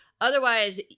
Otherwise